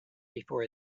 before